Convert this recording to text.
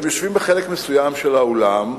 הם יושבים בחלק מסוים של האולם ואומרים: